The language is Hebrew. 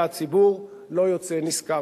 והציבור לא יוצא נשכר.